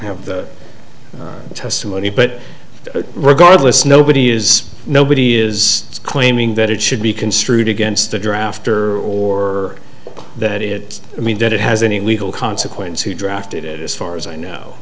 testimony but regardless nobody is nobody is claiming that it should be construed against the drafter or that it i mean that it has any legal consequence who drafted it as far as i know